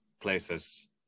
places